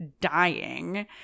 dying